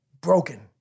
broken